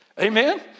Amen